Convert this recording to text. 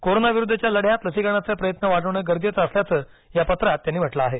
कोरोनाविरुद्धच्या लढ्यात लसीकरणाचे प्रयत्न वाढवणं गरजेचं असल्याचं या पत्रात त्यांनी म्हटलं आहे